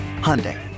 Hyundai